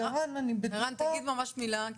ערן, תגיד ממש מילה.